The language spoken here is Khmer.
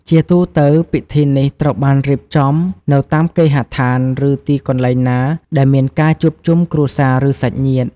ជាទូទៅ ពិធីនេះត្រូវបានរៀបចំនៅតាមគេហដ្ឋាន ឬទីកន្លែងណាដែលមានការជួបជុំគ្រួសារឬសាច់ញាតិ។